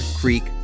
Creek